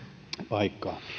paikkaa